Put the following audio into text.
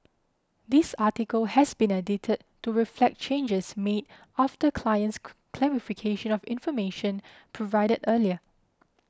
this article has been edited to reflect changes made after client's clarification of information provided earlier